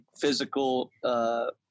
physical –